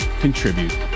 Contribute